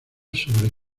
sobre